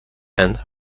and